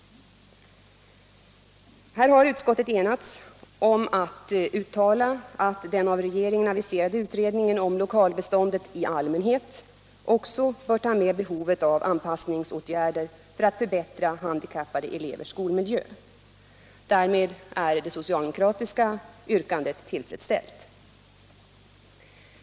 Här har utskottet enats om att uttala att den av regeringen aviserade utredningen om lokalbeståndet i allmänhet också bör ta med behovet av anpassningsåtgärder för att förbättra handikappade elevers skolmiljö. Därmed är det socialdemokratiska yrkandet tillfredsställt.